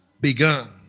begun